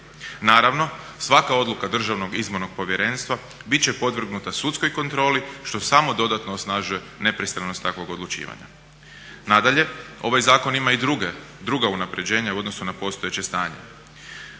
Naravno svaka odluka Državnog izbornog povjerenstva biti će podvrgnuta sudskoj kontroli što samo dodatno osnažuje nepristranost takvog odlučivanja. Nadalje, ovaj zakon ima i druga unapređenja u odnosu na postojeće stanje.